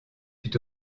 fut